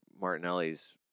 Martinelli's